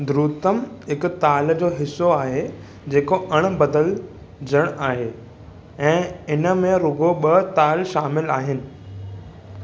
ध्रुथम हिकु ताल जो हिस्सो आहे जेको अणिबदिलजंदड़ु आहे ऐं हिन में रुगो॒ ब॒ ताल शामिल आहिनि